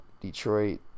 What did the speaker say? Detroit